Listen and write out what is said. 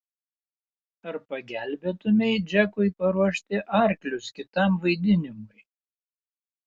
ar pagelbėtumei džekui paruošti arklius kitam vaidinimui